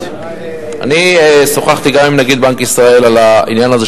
אני רוצה להתייחס למה שאמרת על הצעת החוק